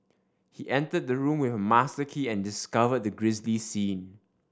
he entered the room with a master key and discovered the grisly scene